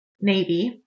Navy